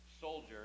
soldier